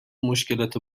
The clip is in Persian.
مشکلات